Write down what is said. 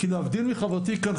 ולהבדיל מחברתי כאן,